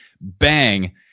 bang